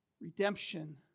redemption